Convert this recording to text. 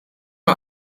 mij